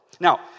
Now